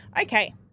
Okay